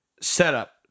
setup